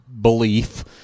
belief